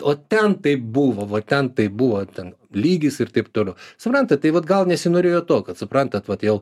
o ten taip buvo vaten taip buvo ten lygis ir taip toliau suprantat tai vat gal nesinorėjo to kad suprantat vat jau